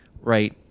right